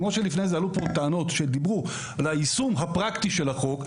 לפני כן עלו כאן טענות שדיברו על היישום הפרקטי של החוק,